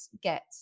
get